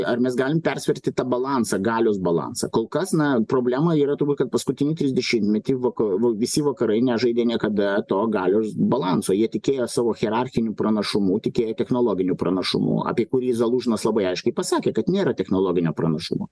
ar mes galim persverti tą balansą galios balansą kolkas na problema yra turbūt kad paskutinį trisdešimmetį vakarų visi vakarai nežaidė niekada to galios balanso jie tikėjo savo hierarchiniu pranašumu tikėjo technologiniu pranašumu apie kurį zalūžnas labai aiškiai pasakė kad nėra technologinio pranašumo